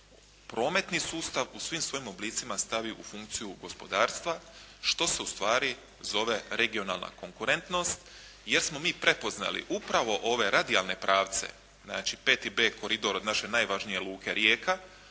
prometni sustav u svim svojim oblicima stavi u funkciju gospodarstva što se u stvari zove regionalna konkurentnost jer smo mi prepoznali upravo ove radijalne pravce, znači 5B koridor naše najvažnije Luke Rijeka,